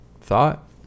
thought